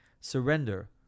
surrender